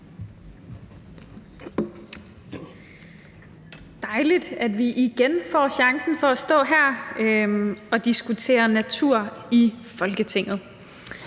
dejligt, at vi igen får chancen for at stå her i Folketinget